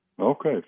Okay